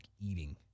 eating